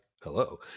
Hello